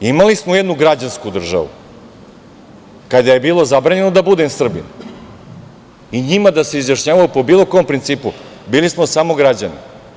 Imali smo jednu građansku državu, kada je bilo zabranjeno da budem Srbin i njima da se izjašnjavalo po bilo kom principu, bili smo samo građani.